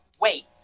wait